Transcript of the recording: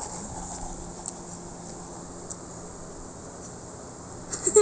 आँकड़ों में एक विशेष प्रकार का डेटा एकत्र करने के तरीके शामिल होते हैं